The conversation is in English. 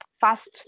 fast